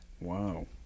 Wow